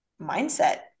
mindset